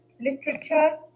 literature